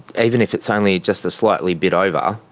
even if it's only just a slightly bit over,